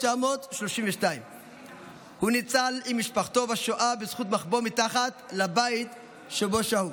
1932. הוא ניצל עם משפחתו בשואה בזכות מחבוא מתחת לבית שבו שהו.